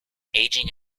aging